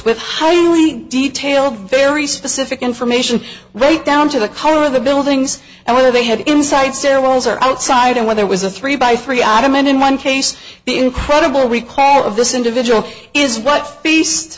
with highly detailed very specific information right down to the color of the buildings and whether they had inside stairwells or outside and when there was a three by three ottoman in one case the incredible recall of this individual is what